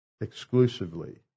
exclusively